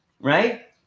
Right